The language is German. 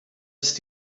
ist